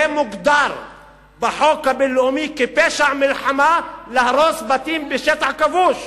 זה מוגדר בחוק הבין-לאומי כפשע מלחמה להרוס בתים בשטח כבוש.